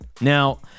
Now